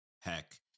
Heck